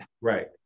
right